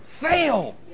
fail